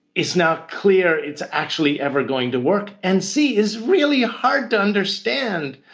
it's not clear it's actually ever going to work. and c, is really hard to understand.